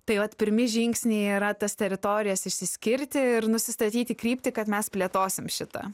taip vat pirmi žingsniai yra tas teritorijas išsiskirti ir nusistatyti kryptį kad mes plėtosim šitą